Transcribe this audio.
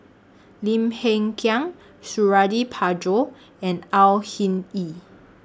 Lim Hng Kiang Suradi Parjo and Au Hing Yee